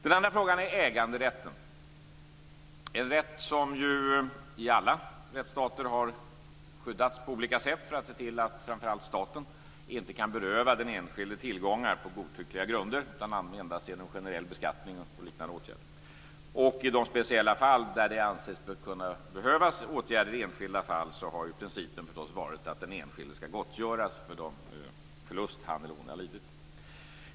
Den andra frågan är äganderätten, en rätt som i alla rättsstater har skyddats på olika sätt för att se till att framför allt staten inte kan beröva den enskilde tillgångar på godtyckliga grunder utan endast genom generell beskattning och liknande åtgärder. I de speciella fall där det anses kunna behövas åtgärder i enskilda fall har principen varit att den enskilde skall gottgöras för de förluster han eller hon har lidit.